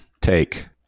take